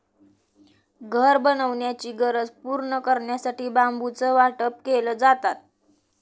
घर बनवण्याची गरज पूर्ण करण्यासाठी बांबूचं वाटप केले जातात